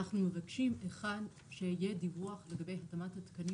אנחנו מבקשים, אחד, שיהיה דיווח לגבי התאמת התקנים